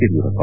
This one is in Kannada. ಯಡಿಯೂರಪ್ಪ